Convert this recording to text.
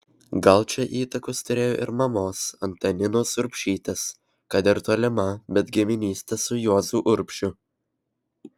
gal čia įtakos turėjo ir mamos antaninos urbšytės kad ir tolima bet giminystė su juozu urbšiu